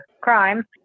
crime